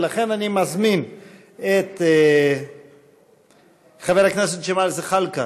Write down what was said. ולכן אני מזמין את חבר הכנסת ג'מאל זחאלקה,